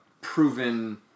proven